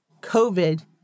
COVID